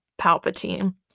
Palpatine